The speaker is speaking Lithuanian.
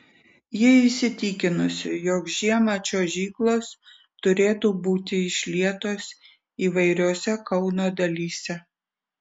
ji įsitikinusi jog žiemą čiuožyklos turėtų būti išlietos įvairiose kauno dalyse